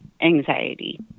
anxiety